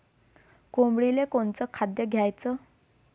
कोंबडीले कोनच खाद्य द्याच?